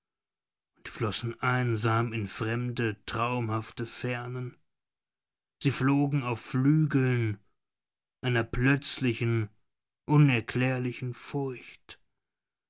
und flossen einsam in fremde traumhafte fernen sie flogen auf flügeln einer plötzlichen unerklärlichen furcht